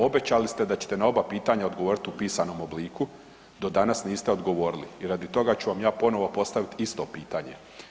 Obećali ste da ćete pitanja odgovoriti u pisanom obliku, do danas niste odgovorili i radi toga ću vam ja ponovno postavit isto pitanje.